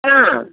हाँ